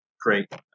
great